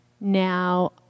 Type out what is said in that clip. Now